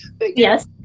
yes